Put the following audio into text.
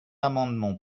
amendement